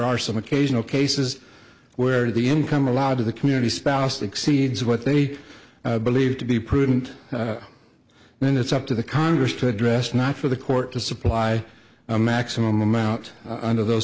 are some occasional cases where the income allowed to the community spouse exceeds what they believe to be prudent then it's up to the congress to address not for the court to supply a maximum amount under those